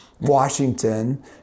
Washington